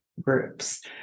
groups